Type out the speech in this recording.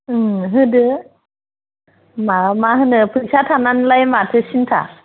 होदो मा मा होनो फैसा थानानैलाय माथो सिन्था